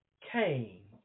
came